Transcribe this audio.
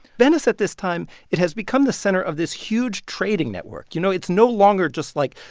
venice, at this time, it has become the center of this huge trading network. you know, it's no longer just, like,